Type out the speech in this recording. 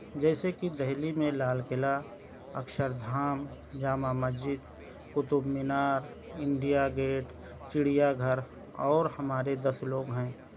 جیسے کہ دہلی میں Lal Qila Akshardham Jama Masjid Qutub Minar India Gate چُڑیا گھر اور ہمارے دس لوگ ہیں